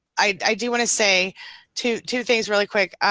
i do want to say two two things really quick.